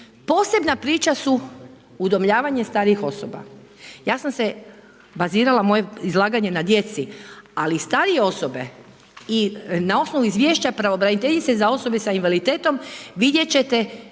Posebna priča su udomljavanje starijih osoba. Ja sam se bazirala, moje je izlaganje je na djeci. A i starije osobe i na osnovu izvješća pravobraniteljice za osobe sa invaliditetom, vidjet ćete,